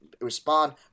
respond